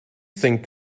think